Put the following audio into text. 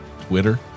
Twitter